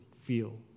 feel